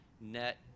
net